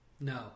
No